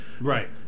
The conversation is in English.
Right